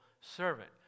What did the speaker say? servant